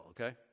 okay